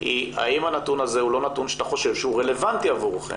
היא האם הנתון הזה הוא לא נתון שאתה חושב שהוא רלוונטי עבורכם?